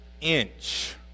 inch